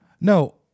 No